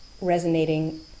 resonating